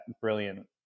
brilliant